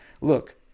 Look